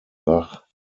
bach